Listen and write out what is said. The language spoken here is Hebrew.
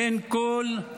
אין קול,